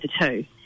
two